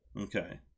Okay